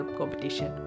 competition